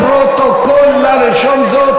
לפרוטוקול, נא לרשום זאת.